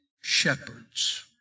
shepherds